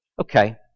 Okay